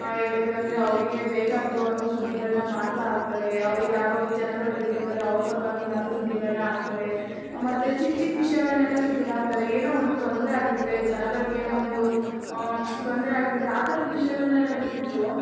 ಹೇಳ್ಬೇಕಂದ್ರೆ ಅವರಿಗೆ ಬೇಕಾಗಿರುವಂಥ ಸುದ್ದಿಗಳನ್ನ ಮಾತ್ರ ಹಾಕ್ತಾರೆ ಅವರಿಗೆ ಯಾರೋ ಜನಗಳು ಬೇಕಿರ್ತಾರೆ ಅವ್ರ ಪರವಾಗಿ ಮಾತ್ರ ಸುದ್ದಿಗಳನ್ನ ಹಾಕ್ತಾರೆ ಮತ್ತೆ ಚಿಕ್ಕ ಚಿಕ್ಕ ವಿಷಯಗಳ್ನೆಲ್ಲ ಸುದ್ದಿಯಲ್ಲಿ ಹಾಕ್ತಾರೆ ಏನೋ ಒಂದು ತೊಂದರೆ ಆಗಿರುತ್ತೆ ಜನಗಳಿಗೆ ಏನೋ ಒಂದು ತೊಂದರೆ ಆಗಿರುತ್ತೆ ಆ ಥರದ ವಿಷಯಗಳನ್ನೆಲ್ಲ ಬಿಟ್ಟುಬಿಟ್ಟು